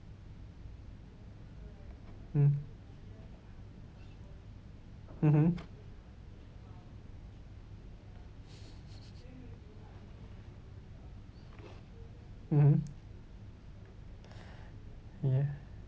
mm mmhmm mmhmm ya